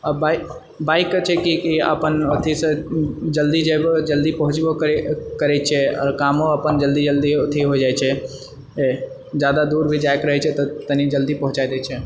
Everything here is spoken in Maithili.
आ बाइक बाइकके छै कि कि अपन जाहिसँ जल्दी जेबो जल्दी पहुँचबो करबै करै छिऐ आओर कामो अपन जल्दी जल्दी अथी हो जाइत छै जादा दूर भी जाए कऽ रहै छै तऽ कनी जल्दी पहुँचाए दए छै